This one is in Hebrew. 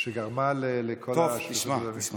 שגרמה לכל, בוא, תשמע, תשמע.